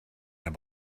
naar